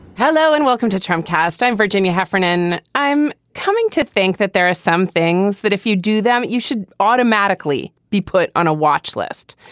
hello and welcome to tramcars time, virginia heffernan. i'm coming to think that there are some things that if you do them, you should automatically be put on a watch list.